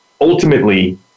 ultimately